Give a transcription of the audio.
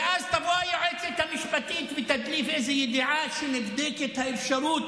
ואז תבוא היועצת המשפטית ותדליף איזה ידיעה שנבדקת האפשרות